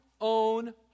own